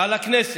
ועל הכנסת,